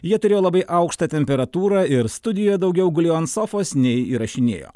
jie turėjo labai aukštą temperatūrą ir studijoje daugiau gulėjo ant sofos nei įrašinėjo